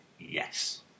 yes